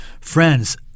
Friends